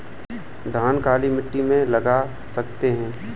धान काली मिट्टी में लगा सकते हैं?